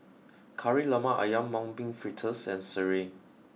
Kari Lemak Ayam Mung Bean Fritters and Sireh